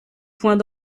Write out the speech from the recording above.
points